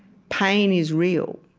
pain is real.